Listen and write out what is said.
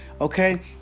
okay